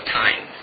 time